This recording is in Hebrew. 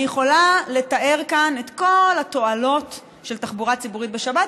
אני יכולה לתאר כאן את כל התועלות של תחבורה ציבורית בשבת,